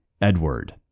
Edward